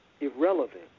irrelevant